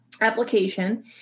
application